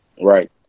Right